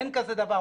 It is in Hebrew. אין כזה דבר.